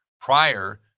prior